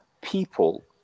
people